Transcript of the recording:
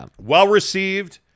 well-received